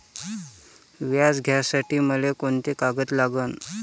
व्याज घ्यासाठी मले कोंते कागद लागन?